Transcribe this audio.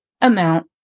amount